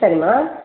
சரிம்மா